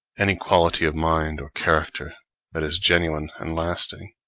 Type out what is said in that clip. any quality of mind or character that is genuine and lasting,